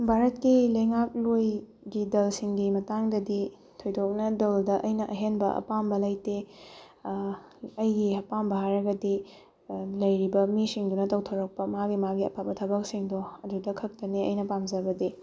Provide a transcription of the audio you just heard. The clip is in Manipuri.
ꯚꯥꯔꯠꯀꯤ ꯂꯩꯉꯥꯛ ꯂꯣꯏꯒꯤ ꯗꯜꯁꯤꯡꯒꯤ ꯃꯇꯥꯡꯗꯗꯤ ꯊꯣꯏꯗꯣꯛꯅ ꯗꯜꯗ ꯑꯩꯅ ꯑꯍꯦꯟꯕ ꯑꯄꯥꯝꯕ ꯂꯪꯇꯦ ꯑꯩꯒꯤ ꯑꯄꯥꯝꯕ ꯍꯥꯏꯔꯒꯗꯤ ꯂꯩꯔꯤꯕ ꯃꯤꯁꯤꯡꯗꯨꯅ ꯇꯧꯊꯣꯔꯛꯄ ꯃꯥꯒꯤ ꯃꯥꯒꯤ ꯑꯐꯕ ꯊꯕꯛꯁꯤꯡꯗꯣ ꯑꯗꯨꯗ ꯈꯛꯇꯅꯦ ꯑꯩꯅ ꯄꯥꯝꯖꯕꯗꯤ